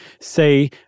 say